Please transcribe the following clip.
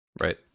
right